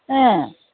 ꯑꯥ